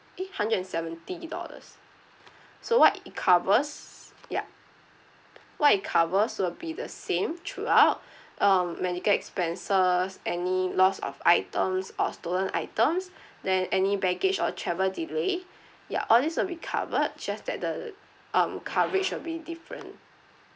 eh hundred and seventy dollars so what it covers yup what it covers will be the same throughout um medical expenses any loss of items or stolen items then any baggage or travel delay ya all this will be covered just that the um coverage will be different